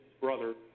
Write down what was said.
brother